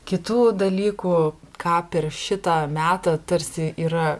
kitų dalykų ką per šitą metą tarsi yra